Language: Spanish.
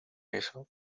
eso